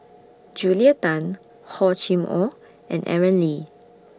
Julia Tan Hor Chim Or and Aaron Lee